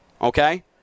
okay